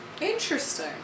Interesting